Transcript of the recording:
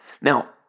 Now